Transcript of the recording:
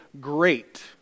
great